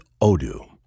Odoo